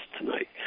tonight